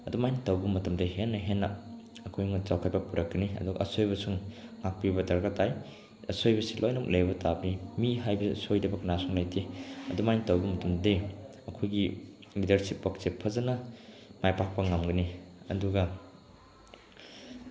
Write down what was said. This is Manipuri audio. ꯑꯗꯨꯃꯥꯏꯅ ꯇꯧꯕ ꯃꯇꯝꯗ ꯍꯦꯟꯅ ꯍꯦꯟꯅ ꯑꯩꯈꯣꯏꯅ ꯆꯥꯎꯈꯠꯄ ꯄꯨꯔꯛꯀꯅꯤ ꯑꯗꯨꯒ ꯑꯁꯣꯏꯕꯁꯨ ꯉꯥꯛꯄꯤꯕ ꯗꯔꯀꯥꯔ ꯇꯥꯏ ꯑꯁꯣꯏꯕꯁꯤ ꯂꯣꯏꯅꯃꯛ ꯂꯩꯕ ꯇꯥꯕꯅꯤ ꯃꯤ ꯍꯥꯏꯕ ꯁꯣꯏꯗꯕ ꯀꯅꯥꯁꯨ ꯂꯩꯇꯦ ꯑꯗꯨꯃꯥꯏꯅ ꯇꯧꯕ ꯃꯇꯝꯗꯗꯤ ꯑꯩꯈꯣꯏꯒꯤ ꯂꯤꯗꯔꯁꯤꯞ ꯋꯥꯔꯛꯁꯦ ꯐꯖꯅ ꯃꯥꯏ ꯄꯥꯛꯄ ꯉꯝꯒꯅꯤ ꯑꯗꯨꯒ